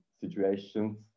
situations